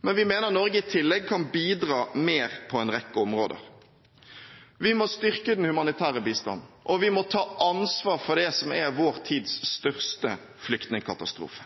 Men vi mener Norge i tillegg kan bidra mer på en rekke områder. Vi må styrke den humanitære bistanden, og vi må ta ansvar for det som er vår tids største flyktningkatastrofe.